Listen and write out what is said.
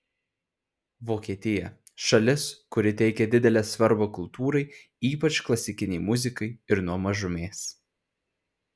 vokietija šalis kuri teikia didelę svarbą kultūrai ypač klasikinei muzikai ir nuo mažumės